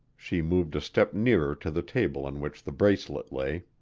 she moved a step nearer to the table on which the bracelet lay.